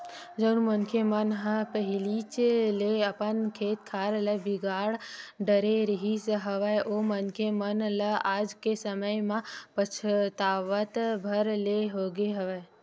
जउन मनखे मन ह पहिलीच ले अपन खेत खार ल बिगाड़ डरे रिहिस हवय ओ मनखे मन ल आज के समे म पछतावत भर ले होगे हवय